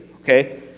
Okay